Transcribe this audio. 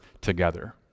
together